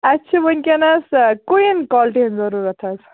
اَسہِ چھِ وُنکٮ۪نَس کُیِن کالٹی ضروٗرت حظ